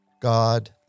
God